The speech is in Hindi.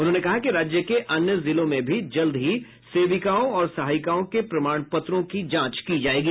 उन्होंने कहा कि राज्य के अन्य जिलों में भी जल्द ही सेविकाओं और सहायिकाओं को प्रमाण पत्रों की जांच की जायेगी